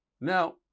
Now